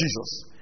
Jesus